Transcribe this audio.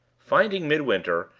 finding midwinter,